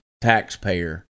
taxpayer